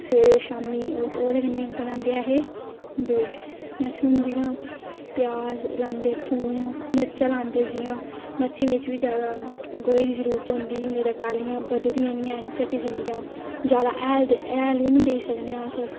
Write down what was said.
सवेरे शामीं ओह्दे कन्नै गै बनांदे ऐहे ते मैक्सीमम जि'यां प्याज लांदे थोम मर्चां लांदे जि'यां मर्ची बिच बी जैदा गोहे दी जरूरत होंदी निं ते टाह्लियां बदधियां निं हैन घटी जंदियां जैदा हैल हैल बी नेईं देई सकने आं अस